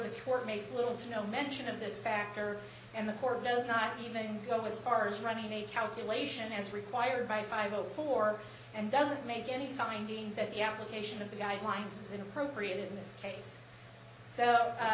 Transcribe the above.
court makes little to no mention of this factor and the court does not even go as far as running a calculation as required by five o four and doesn't make any finding that the application of the guidelines is inappropriate in this case so